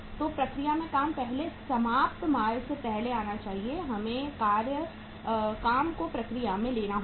तो प्रक्रिया में काम पहले समाप्त माल से पहले आना चाहिए हमें काम को प्रक्रिया में लेना होगा